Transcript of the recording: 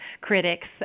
critics